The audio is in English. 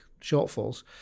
shortfalls